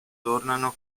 tornano